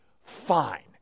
Fine